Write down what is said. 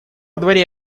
дворе